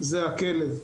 זה הכלב.